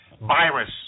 virus